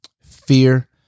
fear